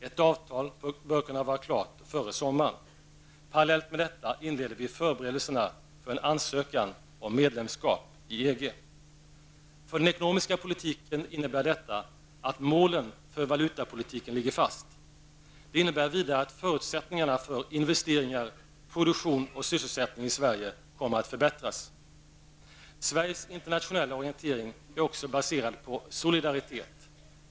Ett avtal bör kunna vara klart före sommaren. Parallellt med detta inleder vi förberedelserna för en ansökan om medlemskap i För den ekonomiska politiken innebär detta att målen för valutapolitiken ligger fast. Det innebär vidare att förutsättningarna för investeringar, produktion och sysselsättning i Sverige kommer att förbättras. Sveriges internationella orientering är också baserad på solidaritet.